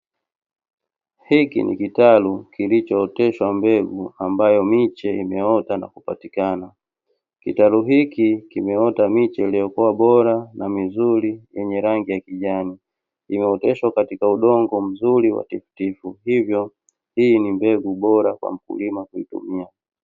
Hiki ni kitalu kilichooteshwa mbegu, ambayo miche imeota na kupatikana. Kitalu hiki kimeota miche iliyokuwa bora na mizuri, yenye rangi ya kijani, imeoteshwa katika udongo mzuri wa tifutifu, hivyo hii ni mbegu bora kwa mkulima kuitumia.